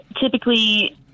typically